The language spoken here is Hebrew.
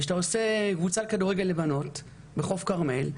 כשאתה עושה קבוצת כדורגל לבנות בחוף כרמל,